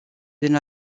din